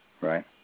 right